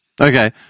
Okay